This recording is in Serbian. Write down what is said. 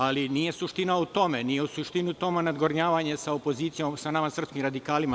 Ali nije suština u tome, nije suština nadgornjavanje sa opozicijom, sa nama srpskim radikalima.